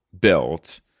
built